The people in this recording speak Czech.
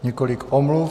Několik omluv.